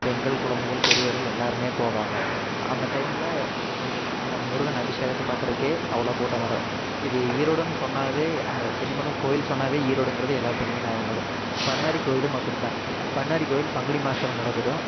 பெண்கள் குழந்தைகள் பெரியவர்கள் எல்லாருமே போவாங்க அந்த டைம்மில் உங்களுக்கு முருகன் அபிஷேகத்தப் பார்க்குறதுக்கே அவ்வளோ கூட்டம் வரும் இது ஈரோடுன்னு சொன்னாவே அந்த சென்னிமலை கோயில் சொன்னாவே ஈரோடுங்கிறது எல்லார்த்துக்குமே ஞாபகம் வரும் பண்ணாரிக் கோயிலும் அப்படித்தான் பண்ணாரிக் கோயில் பங்குனி மாதத்துல நடைபெறும்